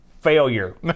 Failure